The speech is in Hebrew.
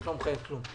החוק לא מחייב כלום.